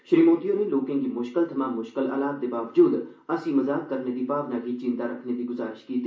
श्री मोदी होरें लोकें गी मुश्कल थमां मुश्कल हालात दे बावजूद हस्सी मज़ाक करने दी भावना गी जींदा रक्खने दी गुजारिश कीती